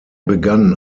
begann